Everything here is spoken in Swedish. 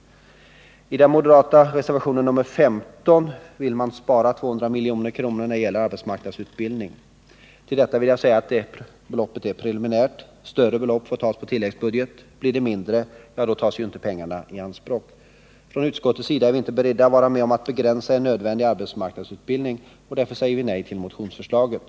I den moderata reservationen 15 vill man spara 200 milj.kr. när det gäller arbetsmarknadsutbildning. Till detta vill jag säga att beloppet är preliminärt. Större belopp får tas på tilläggsbudget. Blir det fråga om mindre belopp, ja, då tas inte pengarna i anspråk. Utskottet är inte berett att vara med om att begränsa den nödvändiga arbetsmarknadsutbildningen, och därför har utskottet sagt nej till motionsförslaget.